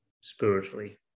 spiritually